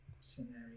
scenario